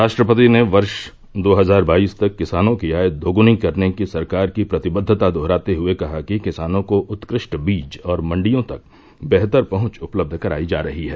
राष्ट्रपति ने वर्ष दो हजार बाईस तक किसानों की आय दोग्नी करने की सरकार की प्रतिबद्वता दोहराते हुए कहा कि किसानों को उत्कृष्ट बीज और मंडियों तक बेहतर पहुंच उपलब्ध कराई जा रही है